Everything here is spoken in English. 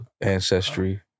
ancestry